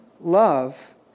Love